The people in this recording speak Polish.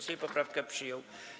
Sejm poprawkę przyjął.